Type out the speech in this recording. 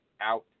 out